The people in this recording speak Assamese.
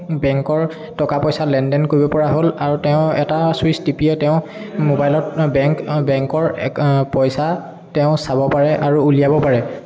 বেংকৰ টকা পইচা লেন দেন কৰিব পৰা হ'ল আৰু তেওঁ এটা ছুইচ টিপিয়ে তেওঁ মোবাইলত বেংক বেংকৰ পইচা তেওঁ চাব পাৰে আৰু উলিয়াব পাৰে